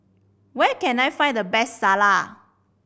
where can I find the best Salsa